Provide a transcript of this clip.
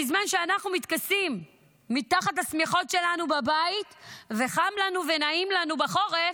בזמן שאנחנו מתכסים מתחת לשמיכות שלנו בבית וחם לנו ונעים לנו בחורף,